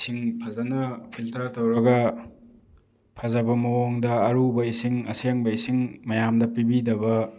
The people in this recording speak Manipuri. ꯏꯁꯤꯡ ꯐꯖꯅ ꯐꯤꯜꯇꯔ ꯇꯧꯔꯒ ꯐꯖꯕ ꯃꯑꯣꯡꯗ ꯑꯔꯨꯕ ꯏꯁꯤꯡ ꯑꯁꯦꯡꯕ ꯏꯁꯤꯡ ꯃꯌꯥꯝꯗ ꯄꯤꯕꯤꯗꯕ